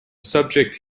subject